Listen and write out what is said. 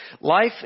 life